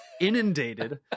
inundated